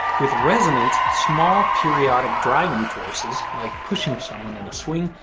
with resonance, small periodic driving forces, like pushing someone in a swing,